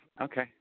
Okay